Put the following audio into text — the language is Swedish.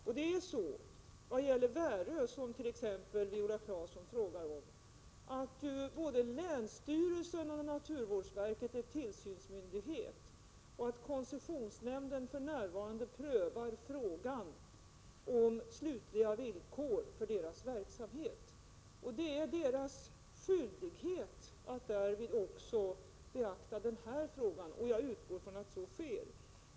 Vad gäller t.ex. Värö Bruk, som Viola Claesson frågat om, är både länsstyrelsen och naturvårdsverket tillsynsmyndigheter. Koncessionsnämnden prövar för närvarande frågan om slutliga villkor för dess verksamhet. Det är myndigheternas skyldighet att därvid också beakta denna fråga. Jag utgår från att så sker.